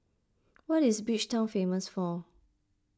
what is Bridgetown famous for